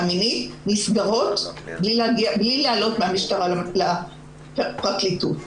מינית נסגרות בלי לעלות מהמשטרה לפרקליטות.